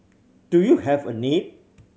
do you have a need